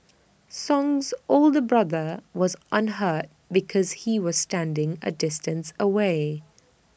song's older brother was unhurt because he was standing A distance away